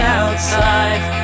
outside